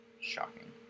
Shocking